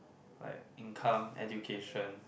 like income education